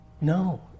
No